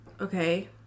okay